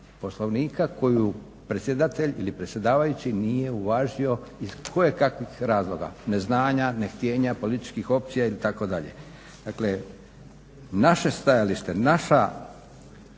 Poslovnika koju predsjedatelj ili predsjedavajući nije uvažio iz kojekakvih razloga, neznanja, nehtijenja, političkih opcija ili tako dalje. Dakle, naše stajalište, naša